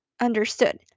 understood